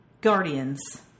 Guardians